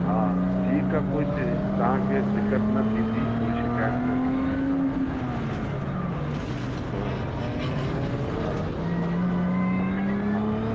हा ठीकु आहे कोई ॾींहुं तव्हांखे दिक़त न थींदी कोई शिकायत न थींदी हा ठीकु आहे हा हा हा